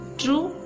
true